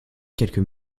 quelques